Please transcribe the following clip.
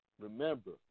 remember